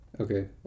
Okay